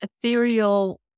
ethereal